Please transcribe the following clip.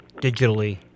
digitally